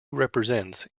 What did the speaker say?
represents